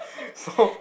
so